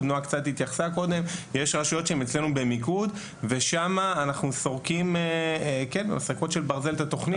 ובהן אנחנו סורקים את התכנית בסריקות של ברזל.